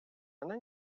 она